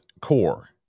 Core